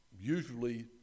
Usually